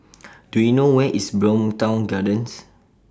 Do YOU know Where IS Bowmont Gardens